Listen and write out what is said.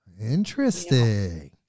Interesting